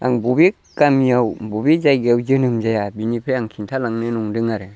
आं बबे गामियाव बबे जायगायाव जोनोम जाया बिनिफ्राय आं खिन्था लांनो नंदों आरो